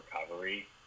recovery